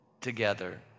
together